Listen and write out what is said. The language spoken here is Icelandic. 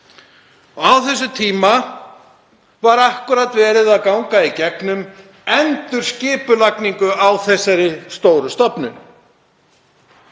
Á þeim tíma var einmitt verið að ganga í gegnum endurskipulagningu á þeirri stóru stofnun.